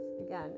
again